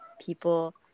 people